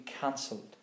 cancelled